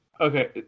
Okay